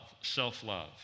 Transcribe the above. self-love